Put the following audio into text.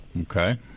Okay